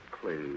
Please